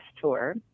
tour